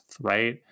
right